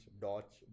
dots